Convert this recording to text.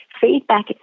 feedback